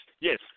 yes